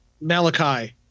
Malachi